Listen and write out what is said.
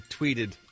tweeted